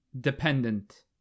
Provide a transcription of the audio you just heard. dependent